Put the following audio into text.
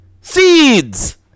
Seeds